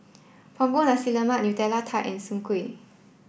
Punggol Nasi Lemak Nutella Tart and Soon Kuih